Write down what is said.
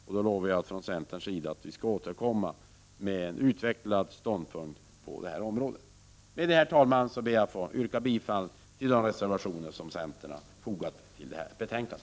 Jag lovar att vi från centern skall återkomma med en utvecklad ståndpunkt på detta område. Med detta, herr talman, ber jag att få yrka bifall till de reservationer som centern fogat till detta betänkande.